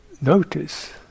notice